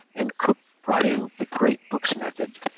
and cook brought in the great books method.